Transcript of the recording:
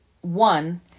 one